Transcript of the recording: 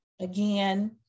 again